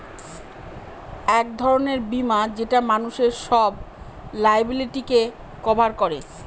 এক ধরনের বীমা যেটা মানুষের সব লায়াবিলিটিকে কভার করে